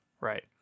Right